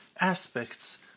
Aspects